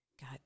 God